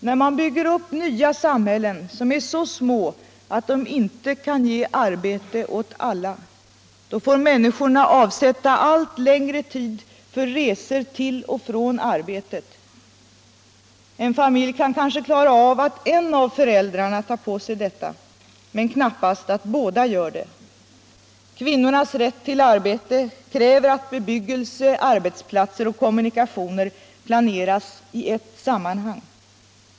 När man bygger upp nya samhällen som är så små att de inte kan ge arbete åt alla, då får människorna avsätta allt längre tid för resor till och från arbetet. En familj kan kanske klara av att en av föräldrarna tar på sig detta, men knappast att båda gör det. Kvinnornas rätt till arbete kräver att bebyggelse, arbetsplatser och kommunikationer planeras i ett sammanhang.